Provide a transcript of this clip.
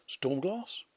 Stormglass